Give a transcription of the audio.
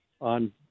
on